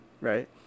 right